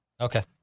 Okay